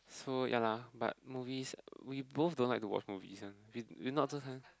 so ya lah but movies we both don't like to watch movies one we we not so